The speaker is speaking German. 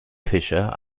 fischer